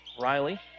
Riley